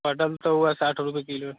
कटहल तो वो है साठ रुपए किलो है